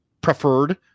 preferred